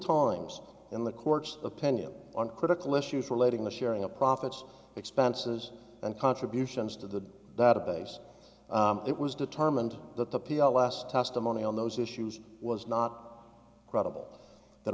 times in the court's opinion on critical issues relating the sharing of profits expenses and contributions to that a base it was determined that the p l s testimony on those issues was not credible tha